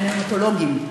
הנאונטולוגים.